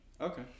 Okay